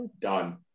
done